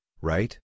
right